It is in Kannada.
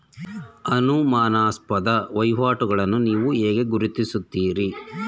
ಅನುಮಾನಾಸ್ಪದ ವಹಿವಾಟುಗಳನ್ನು ನೀವು ಹೇಗೆ ಗುರುತಿಸುತ್ತೀರಿ?